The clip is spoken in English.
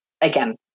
again